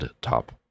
Top